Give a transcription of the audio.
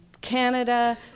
Canada